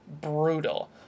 brutal